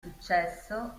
successo